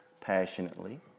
passionately